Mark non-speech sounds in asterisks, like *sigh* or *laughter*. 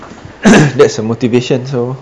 *coughs* that's a motivation so